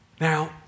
Now